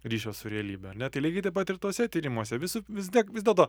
ryšio su realybe ar ne tai lygiai taip pat ir tuose tyrimuose visų vis tiek vis dėlto